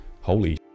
holy